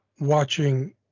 watching